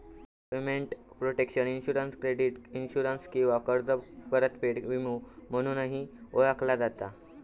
payment protection insurance credit insurance किंवा कर्ज परतफेड विमो म्हणूनही ओळखला जाता